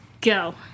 go